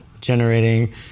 generating